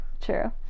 True